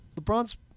LeBron's